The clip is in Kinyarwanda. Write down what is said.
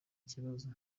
kibazo